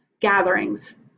gatherings